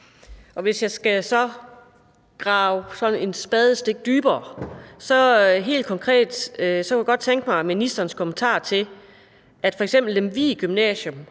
Hvis jeg skal grave et spadestik dybere, kunne jeg helt konkret godt tænke mig ministerens kommentar til, at f.eks. Lemvig Gymnasium